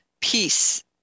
peace